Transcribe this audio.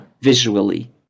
Visually